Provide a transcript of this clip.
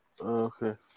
Okay